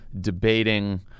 debating